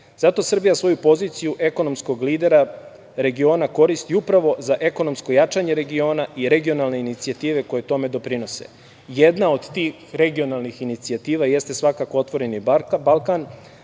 Zato Srbija svoju poziciju ekonomskog lidera regiona koristi upravo za ekonomsko jačanje regiona i regionalne inicijative koje tome doprinose. Jedna od tih regionalnih inicijativa jeste svakako "Otvoreni Balkan",